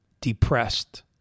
depressed